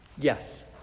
Yes